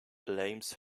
blames